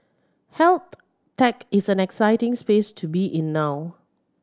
health tech is an exciting space to be in now